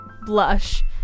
Blush